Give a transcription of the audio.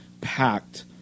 packed